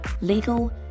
legal